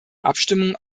abstimmung